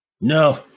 No